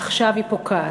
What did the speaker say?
עכשיו היא פוקעת.